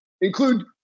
Include